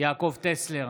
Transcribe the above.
יעקב טסלר,